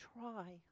Try